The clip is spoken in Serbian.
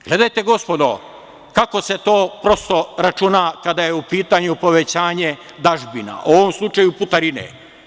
Gledajte, gospodo, kako se to prosto računa kada je u pitanju povećanje dažbina, u ovom slučaju putarine.